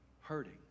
hurting